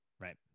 right